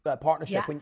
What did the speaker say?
partnership